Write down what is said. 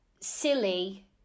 silly